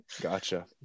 gotcha